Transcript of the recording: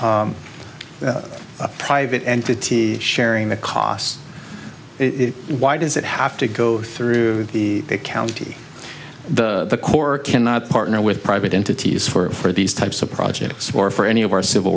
a private entity sharing the costs it why does it have to go through the county the the corps cannot partner with private entities for these types of projects or for any of our civil